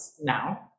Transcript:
now